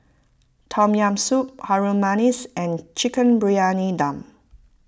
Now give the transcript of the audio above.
Tom Yam Soup Harum Manis and Chicken Briyani Dum